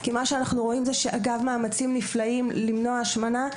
כי מה שאנחנו רואים אגב מאמצים נפלאים למנוע השמנה,